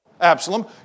Absalom